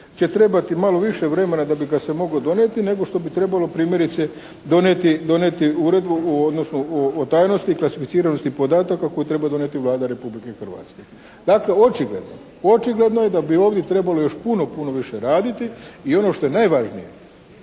će trebati malo više vremena da bi ga se moglo donijeti nego što bi trebalo primjerice donijeti uredbu o tajnosti i klasificiranosti podataka koju treba donijeti Vlada Republike Hrvatske. Dakle očigledno je da bi ovdje trebalo još puno puno više raditi i ono što je najvažnije,